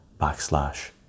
backslash